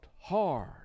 hard